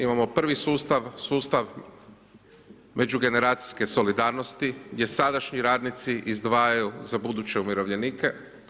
Imamo prvi sustav, sustav međugeneracijske solidarnosti gdje sadašnji radnici izdvajaju za buduće umirovljenike.